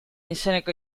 izeneko